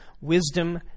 wisdom